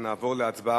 נעבור להצבעה,